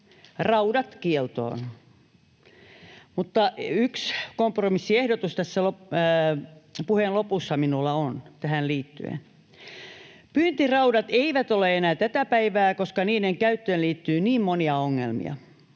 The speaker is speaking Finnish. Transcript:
raudat kieltoon — mutta yksi kompromissiehdotus tässä puheen lopussa minulla on tähän liittyen. Pyyntiraudat eivät ole enää tätä päivää, koska niiden käyttöön liittyy niin monia ongelmia.